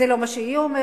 זה לא מה שהיא אומרת.